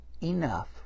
enough